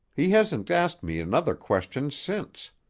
he hasn't asked me another question since.